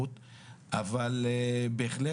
מאה אחוז.